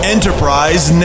Enterprise